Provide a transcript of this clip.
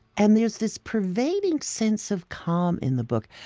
and there's this pervading sense of calm in the book.